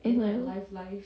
mmhmm